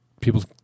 people